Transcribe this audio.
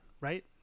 right